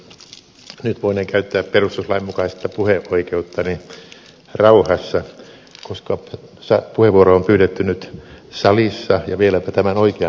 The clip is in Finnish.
nyt voinen käyttää perustuslain mukaista puheoikeuttani rauhassa koska puheenvuoro on pyydetty nyt salissa ja vieläpä tämän oikean asian kohdalla